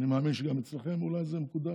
אני מאמין שגם אצלכם אולי זה מקודש.